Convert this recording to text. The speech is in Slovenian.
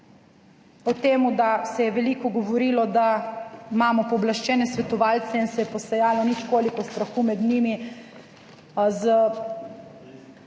O tem, da se je veliko govorilo, da imamo pooblaščene svetovalce in se je posejalo ničkoliko strahu med njimi z